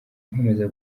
nkomeza